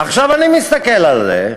עכשיו, אני מסתכל על זה,